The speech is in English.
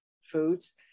foods